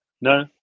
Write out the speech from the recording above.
No